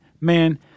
man